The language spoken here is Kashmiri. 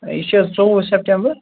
یہِ چھا حظ ژوٚوُہ سیٚپٹیٚمبر